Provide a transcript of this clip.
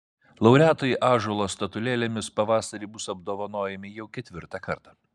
laureatai ąžuolo statulėlėmis pavasarį bus apdovanojami jau ketvirtą kartą